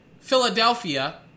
Philadelphia